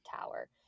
tower